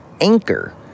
anchor